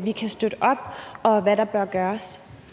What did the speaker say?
vi kan støtte op, og hvad der bør gøres.